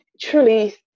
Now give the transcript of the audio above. Truly